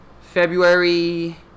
February